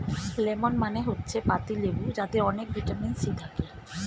lemon মানে হচ্ছে পাতিলেবু যাতে অনেক ভিটামিন সি থাকে